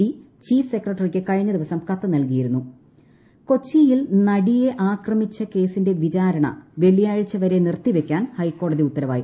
D chief സെക്രട്ടറിക്ക് കഴിഞ്ഞ ദിവസം കത്ത് നൽകിയിരുന്നു നടി ആക്രമണ കേസ് കൊച്ചിയിൽ നടിയെ ആക്രമിച്ചു കേസിന്റെ വിചാരണ വെള്ളിയാഴ്ച വരെ നിർത്തിവയ്ക്കാൻ ഹൈക്കോടതി ഉത്തരവായി